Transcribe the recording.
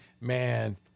man